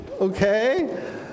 Okay